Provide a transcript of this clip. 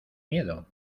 miedo